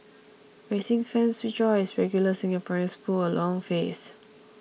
racing fans rejoice regular Singaporeans pull a long face